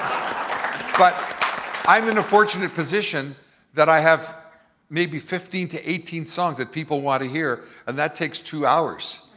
but i'm in a fortunate position that i have maybe fifteen to eighteen songs that people want to hear, and that takes two hours,